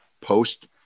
post